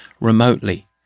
remotely